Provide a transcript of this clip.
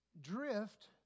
drift